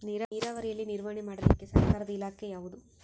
ನೇರಾವರಿಯಲ್ಲಿ ನಿರ್ವಹಣೆ ಮಾಡಲಿಕ್ಕೆ ಸರ್ಕಾರದ ಇಲಾಖೆ ಯಾವುದು?